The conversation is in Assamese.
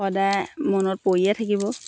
সদায় মনত পৰিয়ে থাকিব